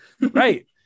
Right